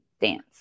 dance